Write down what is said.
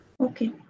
okay